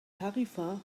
tarifa